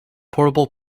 portable